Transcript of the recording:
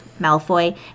malfoy